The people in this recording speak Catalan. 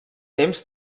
temps